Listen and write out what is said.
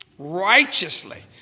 Righteously